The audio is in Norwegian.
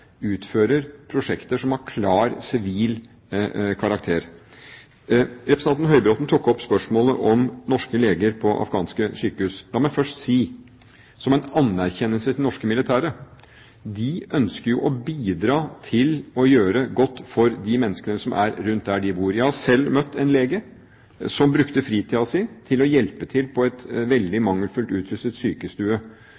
utfører prosjekter som har klar sivil karakter. Representanten Høybråten tok opp spørsmålet om norske leger på afghanske sykehus. La meg først si som en anerkjennelse til norske militære: De ønsker jo å bidra til å gjøre godt for de menneskene som er rundt der de bor. Jeg har selv møtt en lege som brukte fritiden sin til å hjelpe til på en veldig